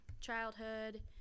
childhood